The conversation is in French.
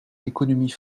l’économie